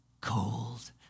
cold